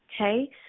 okay